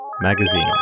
Magazine